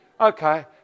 okay